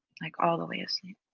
like all the way asleep.